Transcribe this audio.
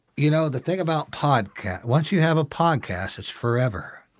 you know, the thing about podcasts, once you have a podcast, it's forever.